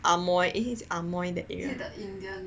Amoy is it Amoy that area the indian